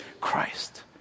Christ